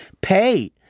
Pay